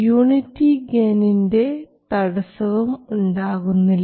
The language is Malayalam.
യൂണിറ്റി ഗെയിനിൻറെ തടസ്സവും ഉണ്ടാകുകയില്ല